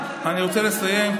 אני רוצה לסיים.